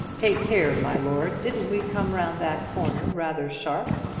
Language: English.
take care, my lord. didn't we come round that corner rather sharp?